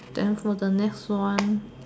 then for the next one